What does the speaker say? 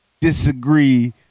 disagree